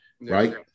right